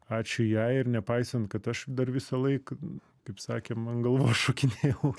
ačiū jai ir nepaisant kad aš dar visąlaik kaip sakė man galva šokinėjau